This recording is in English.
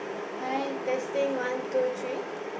hi testing one two three